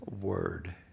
word